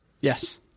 Yes